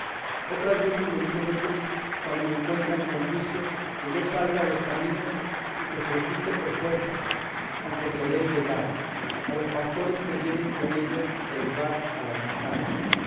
otras veces me dicen ellos cuando me encuentran con juicio que yo salgo a los caminos y que se lo quito por fuerza aunque me lo den de grado a los pastores que vienen con ello del lugar a las majadas